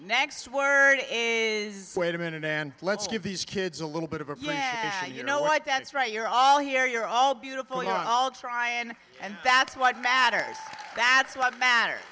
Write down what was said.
next word is wait a minute and let's give these kids a little bit of a you know what that's right you're all here you're all beautiful you're all tryin and that's what matters that's what matters